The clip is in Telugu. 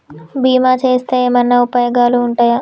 బీమా చేస్తే ఏమన్నా ఉపయోగాలు ఉంటయా?